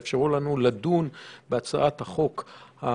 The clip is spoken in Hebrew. זה יאפשר לנו לדון בהצעת החוק הראשית,